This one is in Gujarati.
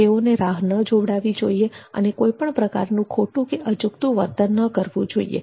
તેઓને રાહ ન જોવડાવવી જોઈએ અને કોઈ પણ પ્રકારનું ખોટું કે અજુગતું વર્તન ન કરવું જોઈએ